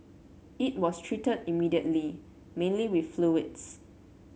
it was treated immediately mainly with fluids